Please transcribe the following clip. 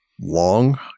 Long